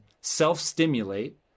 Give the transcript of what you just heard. self-stimulate